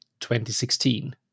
2016